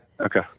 okay